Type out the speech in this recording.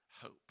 hope